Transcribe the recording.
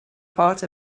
part